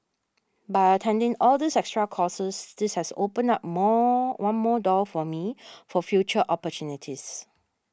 by attending all these extra courses this has opened up more one more door for me for future opportunities